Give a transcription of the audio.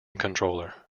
controller